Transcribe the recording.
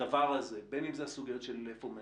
הדבר הזה, בין אם זה הסוגיות של איפה מאשפזים,